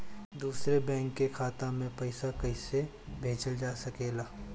दूसरे बैंक के खाता में पइसा कइसे भेजल जा सके ला?